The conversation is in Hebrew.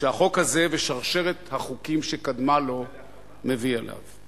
שהחוק הזה ושרשרת החוקים שקדמה לו מביאים אליו?